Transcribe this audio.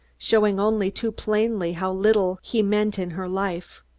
showing only too plainly how little he meant in her life.